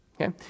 okay